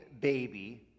baby